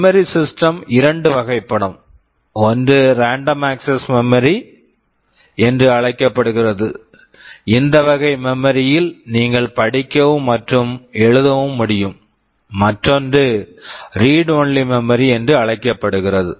memory system memory system இரண்டு வகைப்படும் ஒன்று random access memory random access memoryஎன்று அழைக்கப்படுகிறது இந்த வகை மெமரி memory யில் நீங்கள் படிக்கவும் மற்றும் எழுதவும் முடியும் மற்றொன்று read only memory read only memory என்று அழைக்கப்படுகிறது